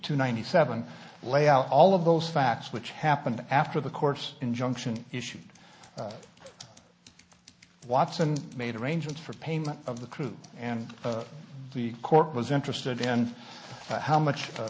two ninety seven lay out all of those facts which happened after the course injunction issued watson made arrangements for payment of the crew and the court was interested in how much